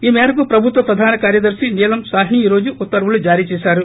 ఈ మేరకు ప్రభుత్వ ప్రధాన కార్యదర్తి నీలం సాహ్ని ఈ రోజు ఉత్తర్వులు జారీ చేశారు